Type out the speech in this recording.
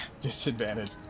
Disadvantage